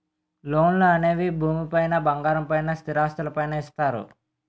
లోన్లు అనేవి భూమి పైన బంగారం పైన స్థిరాస్తులు పైన ఇస్తారు